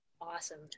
Awesome